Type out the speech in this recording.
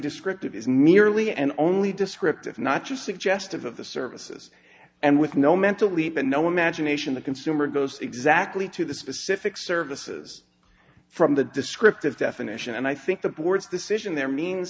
descriptive is nearly and only descriptive not just suggestive of the services and with no mental leap and no imagination the consumer goes exactly to the specific services from the descriptive definition and i think the board's decision there means